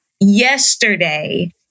yesterday